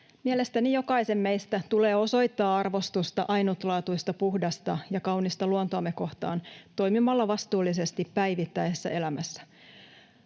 Mielestäni jokaisen meistä tulee osoittaa arvostusta ainutlaatuista puhdasta ja kaunista luontoamme kohtaan toimimalla vastuullisesti päivittäisessä elämässä.